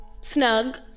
snug